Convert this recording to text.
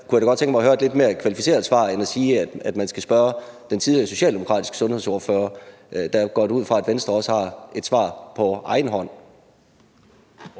kunne jeg godt tænke mig at høre et lidt mere kvalificeret svar, end at man skal spørge den tidligere socialdemokratiske sundhedsordfører. Der går jeg da ud fra, at Venstre også har et svar på egen hånd.